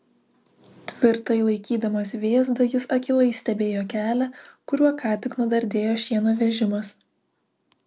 tvirtai laikydamas vėzdą jis akylai stebėjo kelią kuriuo ką tik nudardėjo šieno vežimas